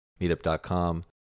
meetup.com